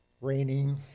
raining